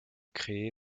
créé